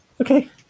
Okay